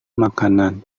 makanan